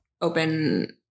open